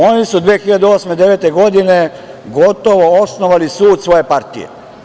Oni su 2008. i 2009. godine gotovo osnovali sud svoje partije.